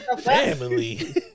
family